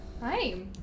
Hi